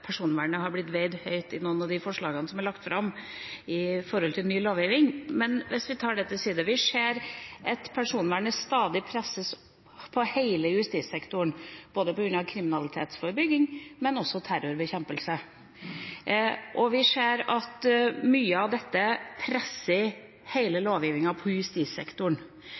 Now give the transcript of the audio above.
noen av de forslagene som er lagt fram knyttet til ny lovgivning. Men hvis vi legger det til side: Vi ser at personvernet stadig presses i hele justissektoren, på grunn av både kriminalitetsforebygging og terrorbekjempelse, og vi ser at mye av dette presser hele lovgivninga i justissektoren.